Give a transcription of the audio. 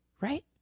Right